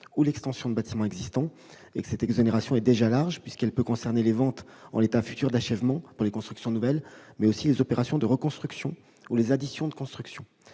ou l'extension de bâtiments existants. Cette exonération est déjà large, puisqu'elle peut concerner les ventes en l'état futur d'achèvement dans les constructions nouvelles, mais aussi les opérations de reconstruction ou les additions de constructions.